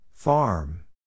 Farm